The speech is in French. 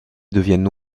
deviennent